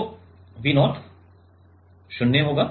तो V0 0 होगा